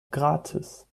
gratis